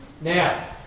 Now